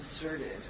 inserted